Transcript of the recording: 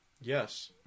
Yes